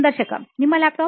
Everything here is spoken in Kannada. ಸಂದರ್ಶಕನಿಮ್ಮ laptop